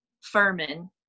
Furman